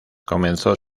comenzó